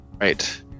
right